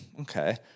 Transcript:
okay